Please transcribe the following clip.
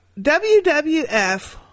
WWF